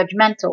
judgmental